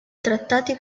trattati